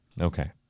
Okay